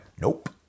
Nope